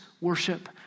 worship